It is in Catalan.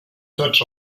tots